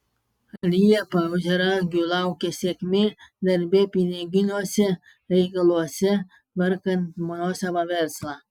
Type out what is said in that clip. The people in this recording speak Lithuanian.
liepą ožiaragių laukia sėkmė darbe piniginiuose reikaluose tvarkant nuosavą verslą